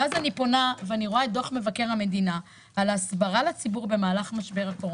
ואז אני רואה את דוח מבקר המדינה על ההסברה לציבור במהלך משבר הקורונה.